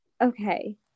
okay